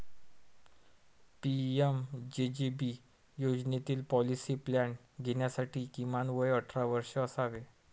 PMJJB योजनेतील policy plan घेण्यासाठी किमान वय अठरा वर्षे असावे